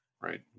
right